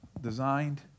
designed